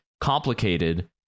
complicated